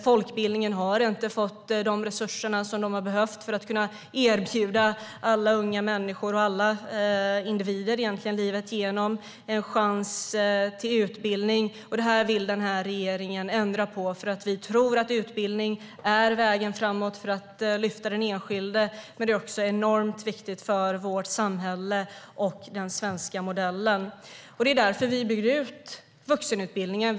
Folkbildningen har inte fått de resurser den har behövt för att kunna erbjuda alla unga människor, och egentligen alla individer livet igenom, en chans till utbildning. Det vill den här regeringen ändra på. Vi tror nämligen att utbildning är vägen framåt för att lyfta den enskilde, men det är också enormt viktigt för vårt samhälle och den svenska modellen. Det är därför vi bygger ut vuxenutbildningen.